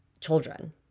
children